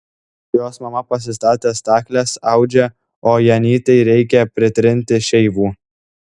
jos mama pasistatė stakles audžia o janytei reikia pritrinti šeivų